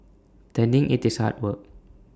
tending IT is hard work